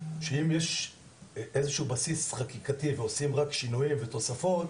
שאם יש איזשהו בסיס חקיקתי ועושים רק שינויים ותוספות,